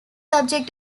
subject